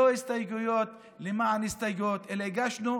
לא הסתייגויות למען הסתייגויות אלא הגשנו